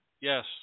Yes